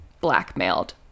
blackmailed